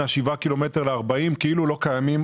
השבעה קילומטר ל-40 קילומטר כאילו לא קיימים.